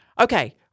Okay